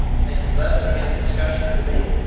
thank you for that. is there any other discussion or debate?